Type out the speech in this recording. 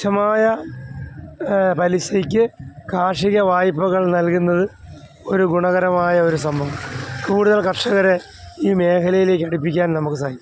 തുച്ഛമായ പലിശയ്ക്ക് കാർഷിക വായ്പ്പകൾ നൽകുന്നത് ഒരു ഗുണകരമായ ഒരു സംഭവമാണ് കൂടുതൽ കർഷകരെ ഈ മേഖലയിലേക്ക് അടുപ്പിക്കാൻ നമുക്ക് സാധിക്കും